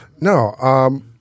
no